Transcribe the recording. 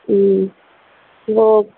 ہوں وہ